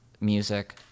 music